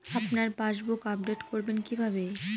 আপনার passbook update করবেন কিভাবে?